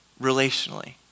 relationally